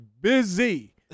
busy